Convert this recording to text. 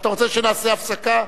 אתה רוצה שנעשה הפסקה?